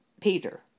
Peter